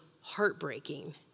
heartbreaking